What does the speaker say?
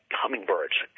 hummingbirds